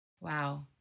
Wow